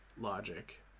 logic